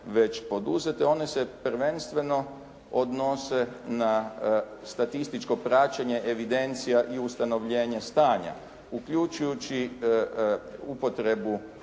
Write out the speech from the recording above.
već poduzete. One se prvenstveno odnose na statističko praćenje evidencija i ustanovljenje stanje, uključujući upotrebu